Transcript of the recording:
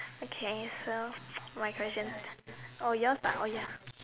okay so my question oh you want start oh ya